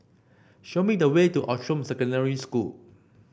show me the way to Outram Secondary School